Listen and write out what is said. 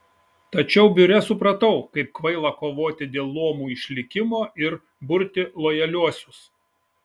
tačiau biure supratau kaip kvaila kovoti dėl luomų išlikimo ir burti lojaliuosius